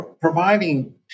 providing